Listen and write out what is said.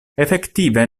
efektive